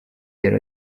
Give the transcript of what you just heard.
era